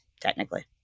technically